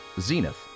Zenith